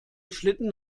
schlitten